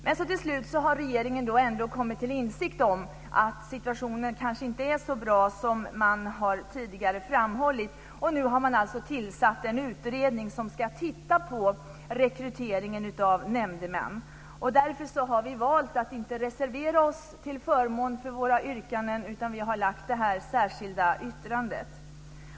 Men till slut har regeringen ändå kommit till insikt om att situationen kanske inte är så bra som man tidigare har framhållit, och nu har man alltså tillsatt en utredning som ska titta på rekryteringen av nämndemän. Därför har vi valt att inte reservera oss till förmån för våra yrkanden utan att i stället lägga fram ett särskilt yttrande.